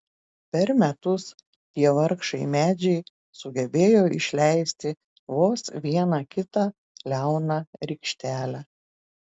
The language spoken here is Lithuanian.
per metus tie vargšai medžiai sugebėjo išleisti vos vieną kitą liauną rykštelę